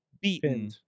beaten